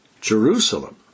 Jerusalem